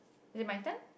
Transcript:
is it my turn